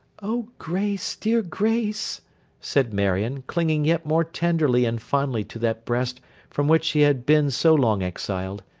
oh grace, dear grace said marion, clinging yet more tenderly and fondly to that breast from which she had been so long exiled,